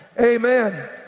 Amen